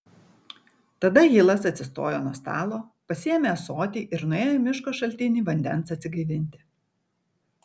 tada hilas atsistojo nuo stalo pasiėmė ąsotį ir nuėjo į miško šaltinį vandens atsigaivinti